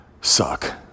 suck